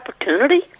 opportunity